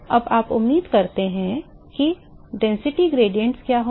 अब आप क्या उम्मीद करते हैं कि घनत्व प्रवणताएं क्या होंगी